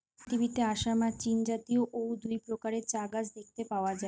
পৃথিবীতে আসাম আর চীনজাতীয় অউ দুই প্রকারের চা গাছ দেখতে পাওয়া যায়